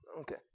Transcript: Okay